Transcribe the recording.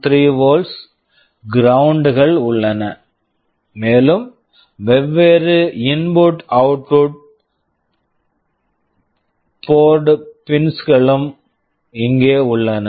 3 volts volts ground ground கள் உள்ளன மேலும் வெவ்வேறு input output port pins input output port pins களும் இங்கே உள்ளன